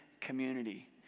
community